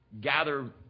gather